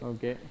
Okay